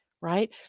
right